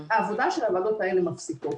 העבודה של הוועדות האלה מפסיקה.